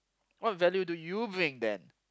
what value do you bring then